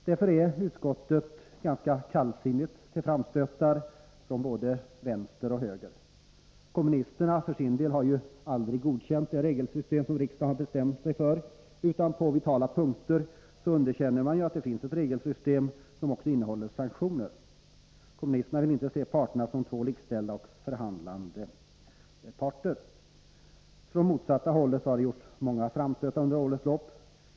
3 SN - nikAs Onsdagen den Utskottet är alltså ganska kallsinnigt till framstötar från både vänster och FI november 1985 höger. Kommunisterna för sin del har ju aldrig godkänt det regelsystem som riksdagen har bestämt SE för, utan har på vitala Pönkten underkänt ar det Medbestönmtånnde: finns regler som också innehåller sanktioner. Kommunisterna vill inte se 3 frågorm.m. parterna som två likställda och förhandlande parter. Från det motsatta hållet har det gjorts många framstötar under årets lopp.